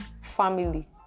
family